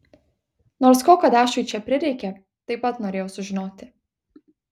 nors ko kadešui čia prireikė taip pat norėjau sužinoti